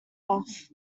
off